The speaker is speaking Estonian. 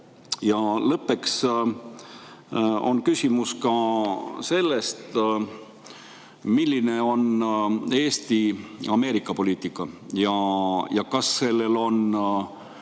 Ja lõpuks on küsimus ka selle kohta, milline on Eesti Ameerika-poliitika. Kas sellel on